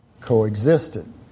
coexisted